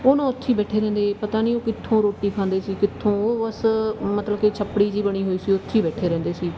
ਉਹ ਨਾ ਉੱਥੇ ਬੈਠੇ ਰਹਿੰਦੇ ਪਤਾ ਨਹੀਂ ਉਹ ਕਿੱਥੋਂ ਰੋਟੀ ਖਾਂਦੇ ਸੀ ਕਿੱਥੋਂ ਉਹ ਬਸ ਮਤਲਬ ਕਿ ਛੱਪੜੀ ਜਿਹੀ ਬਣੀ ਹੋਈ ਸੀ ਉੱਥੀ ਬੈਠੇ ਰਹਿੰਦੇ ਸੀ